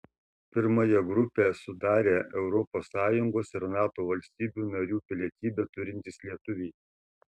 pirmąją grupę sudarę europos sąjungos ir nato valstybių narių pilietybę turintys lietuviai